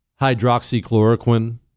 hydroxychloroquine